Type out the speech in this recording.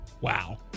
Wow